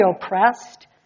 oppressed